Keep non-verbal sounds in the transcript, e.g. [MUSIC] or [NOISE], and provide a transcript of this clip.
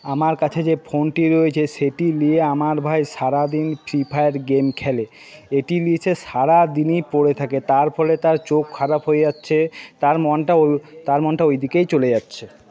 আমার কাছে যে ফোনটি রয়েছে সেটি নিয়ে আমার ভাই সারাদিন ফ্রি ফায়ার গেম খেলে এটির নিচ্ছে সারাদিনই পড়ে থাকে তার ফলে তার চোখ খারাপ হয়ে যাচ্ছে তার মনটা [UNINTELLIGIBLE] তার মনটা ওই দিকেই চলে যাচ্ছে